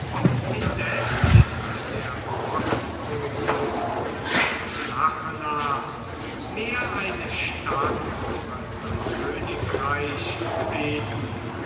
indes ist der bosporus der sache nach mehr eine stadt als ein königreich gewesen